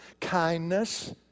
Kindness